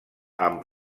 amb